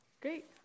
Great